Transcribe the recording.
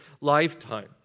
lifetime